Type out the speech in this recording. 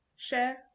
Share